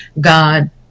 God